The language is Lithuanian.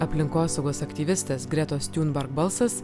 aplinkosaugos aktyvistės gretos tiunberg balsas